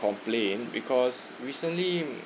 complain because recently